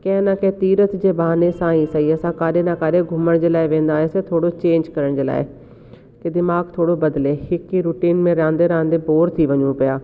के उन खे तीरथ जे बहाने सां ही सई असां काॾे न काॾे घुमण जे लाइ वेंदासीं थोरो चेंज करण जे लाइ कि दिमाग़ु थोरो बदिले हिकु ई रूटीन में रहंदे रहंदे बोर थी वञूं पिया